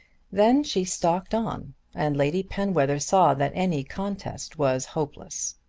then she stalked on and lady penwether saw that any contest was hopeless.